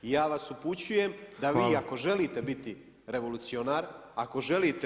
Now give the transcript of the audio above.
I ja vas upućujem da vi ako želite biti revolucionar, ako želite.